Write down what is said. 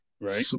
right